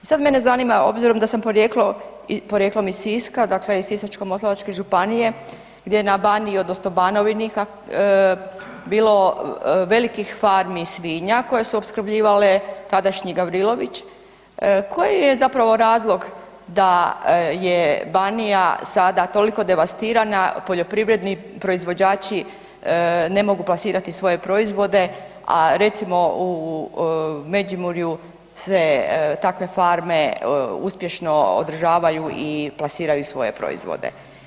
I sad mene zanima obzirom da sam porijeklom iz Siska dakle iz Sisačko-moslavačke županije gdje je na Baniji odnosno Banovini bilo velikih farmi svinja koje su opskrbljivale tadašnji Gavrilović, koji je zapravo razlog da je Banija sada toliko devastirana poljoprivredni proizvođači ne mogu plasirati svoje proizvode, a recimo u Međimurju se takve farme uspješno održavaju i plasiraju svoje proizvode.